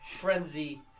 frenzy